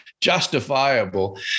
justifiable